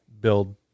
build